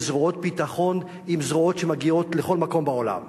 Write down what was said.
בזרועות ביטחון עם זרועות שמגיעות לכל מקום בעולם.